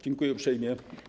Dziękuję uprzejmie.